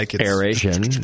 Aeration